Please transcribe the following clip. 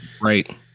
right